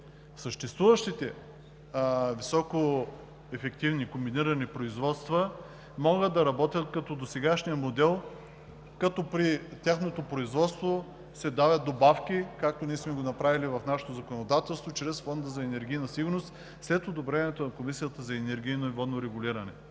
Съществуващите високоефективни комбинирани производства могат да работят като досегашния модел, при тяхното производство се дават добавки, както ние сме го направили в нашето законодателство – чрез Фонда за енергийна сигурност след одобрението на Комисията за енергийно и водно регулиране.